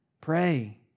Pray